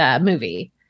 movie